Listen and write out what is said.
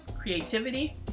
creativity